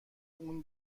اون